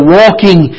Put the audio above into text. walking